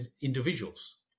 individuals